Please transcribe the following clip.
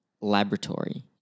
laboratory